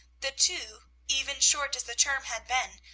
the two, even short as the term had been,